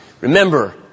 Remember